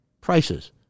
prices